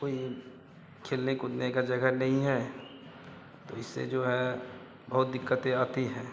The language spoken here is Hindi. कोई खेलने कूदने की जगह नहीं है तो इससे जो है बहुत दिक़्क़तें आती हैं